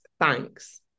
thanks